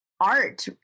art